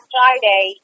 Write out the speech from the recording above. Friday